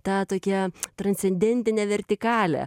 tą tokią transcendentinę vertikalę